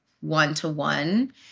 one-to-one